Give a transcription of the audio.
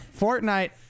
Fortnite